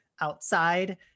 outside